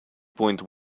point